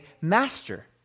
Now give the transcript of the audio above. Master